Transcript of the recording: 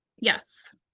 yes